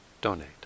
donate